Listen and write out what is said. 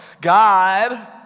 God